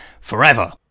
forever